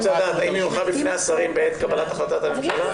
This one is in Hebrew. אני רוצה לדעת האם היא הונחה בפני השרים בעת קבלת החלטת הממשלה?